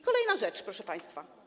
Kolejna rzecz, proszę państwa.